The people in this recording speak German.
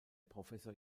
professor